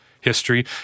history